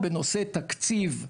בנושא תקציב,